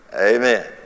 Amen